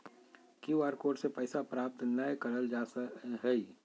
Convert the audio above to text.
Q R code से पैसा प्राप्त नयय करल जा हइ